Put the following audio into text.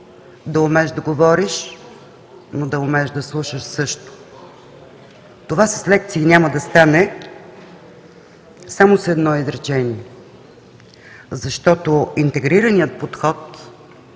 да умееш да говориш, но да умееш да слушаш също. Това с лекции няма да стане. Само с едно изречение: защото интегрираният подход